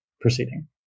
proceeding